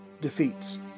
defeats